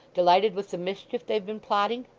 delighted with the mischief they've been plotting?